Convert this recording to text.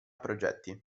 progetti